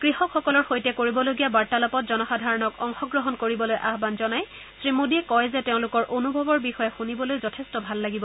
কৃষকসকলৰ সৈতে কৰিবলগীয়া বাৰ্তালাপত জনসাধাৰণক অংশ গ্ৰহণ কৰিবলৈ আহান জনাই শ্ৰীমোদীয়ে কয় যে তেওঁলোকৰ অনুভৱৰ বিষয়ে শুনিবলৈ যথেষ্ট ভাল লাগিব